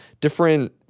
different